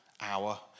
hour